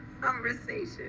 conversation